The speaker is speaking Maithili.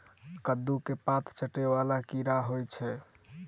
कद्दू केँ पात चाटय वला केँ कीड़ा होइ छै?